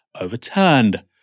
overturned